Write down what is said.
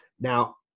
Now